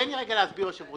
תן לי להסביר, היושב-ראש.